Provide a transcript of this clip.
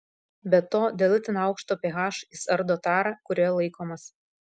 be to dėl itin aukšto ph jis ardo tarą kurioje laikomas